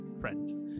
friend